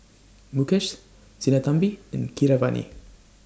Mukesh Sinnathamby and Keeravani